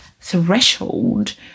threshold